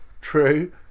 True